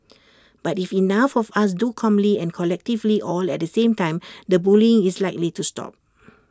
but if enough of us do calmly and collectively all at the same time the bullying is likely to stop